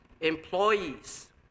Employees